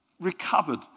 recovered